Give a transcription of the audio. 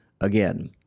again